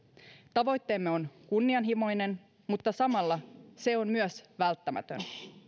tavoitteemme on kunnianhimoinen mutta samalla se on myös välttämätön